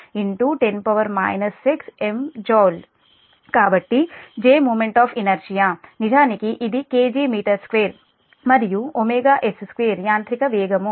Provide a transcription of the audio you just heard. కాబట్టి J moment of inertia నిజానికి ఇది kg m2 మరియుs2 యాంత్రిక వేగం